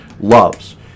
loves